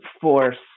force